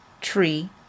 Tree